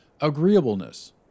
agreeableness